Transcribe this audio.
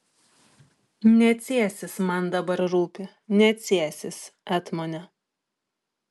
ne cėsis man dabar rūpi ne cėsis etmone